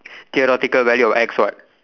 theoretical value of X what